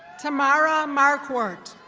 tamara markquart.